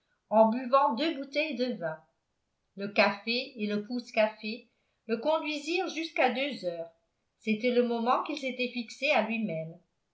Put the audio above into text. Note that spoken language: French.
en buvant deux bouteilles de vin le café et le pousse-café le conduisirent jusqu'à deux heures c'était le moment qu'il s'était fixé à lui-même